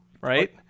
right